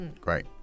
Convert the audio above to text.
Great